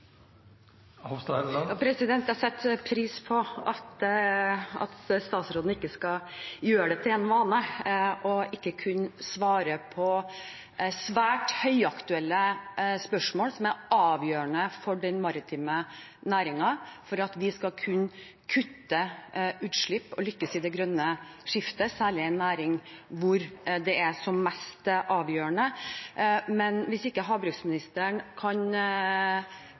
Jeg setter pris på at statsråden ikke skal gjøre det til en vane ikke å kunne svare på svært høyaktuelle spørsmål som er avgjørende for at den maritime næringen skal kunne kutte utslipp og lykkes i det grønne skiftet, særlig i en næring hvor det er som mest avgjørende. Men hvis ikke havministeren kan